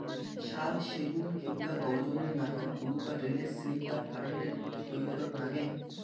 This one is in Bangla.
শাল, সেগুন কিংবা গর্জনের নাকান গুরুকাঠ রেলের স্লিপার, কারেন্টের খুঁটি তৈয়ারত নাগে